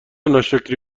ناشکری